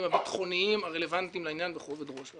הביטחוניים הרלוונטיים לעניין בכובד ראש.